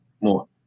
more